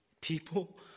people